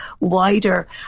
wider